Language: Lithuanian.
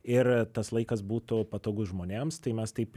ir tas laikas būtų patogus žmonėms tai mes taip